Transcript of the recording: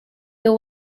the